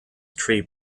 tree